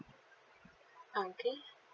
okay